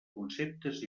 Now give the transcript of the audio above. conceptes